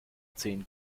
zehn